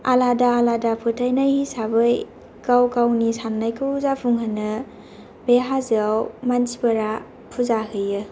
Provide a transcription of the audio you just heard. आलादा आलादा फोथायनाय हिसाबै गाव गावनि सान्नायखौ जाफुंहोनो बे हाजोआव मानसिफोरा फुजा हैयो